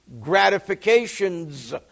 gratifications